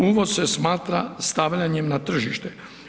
Uvoz se smatra stavljanjem na tržište.